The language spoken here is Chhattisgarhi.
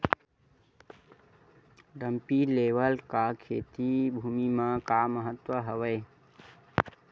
डंपी लेवल का खेती भुमि म का महत्व हावे?